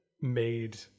made